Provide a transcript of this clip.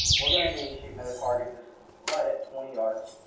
we're going to be shooting at a target just right at twenty yards.